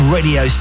Radio